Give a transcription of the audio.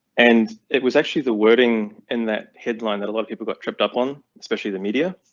and it was actually the wording in that headline that a lot of people got tripped up on, especially the media,